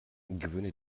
gewöhne